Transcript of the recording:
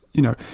you know,